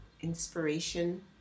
inspiration